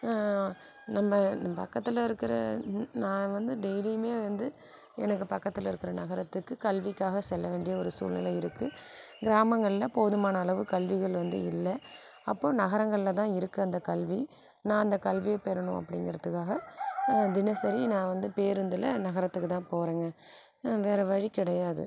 நம்ம பக்கத்தில் இருக்கிற நான் வந்து டெய்லியுமே வந்து எனக்கு பக்கத்தில் இருக்கிற நகரத்துக்கு கல்விக்காக செல்ல வேண்டிய ஒரு சூழ்நிலை இருக்குது கிராமங்களில் போதுமான அளவு கல்விகள் வந்து இல்லை அப்போது நகரங்களில் தான் இருக்குது அந்த கல்வி நான் அந்த கல்வியை பெறணும் அப்படிங்கிறதுக்காக தினசரி நான் வந்து பேருந்தில் நகரத்துக்கு தான் போகிறேங்க வேறு வழி கிடையாது